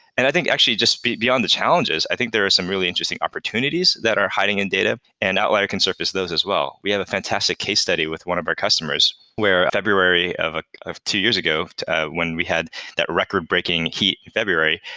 and i think actually just beyond the challenges, i think there are some really interesting opportunities that are hiding in data and outlier can surface those as well. we had a fantastic case study with one of our customers where february of ah of two years ago ah when we had that record-breaking heat february,